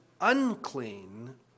unclean